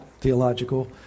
theological